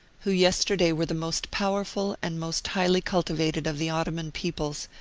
who yesterday were the most powerful and most highly cultivated of the ottoman peoples,